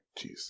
Jeez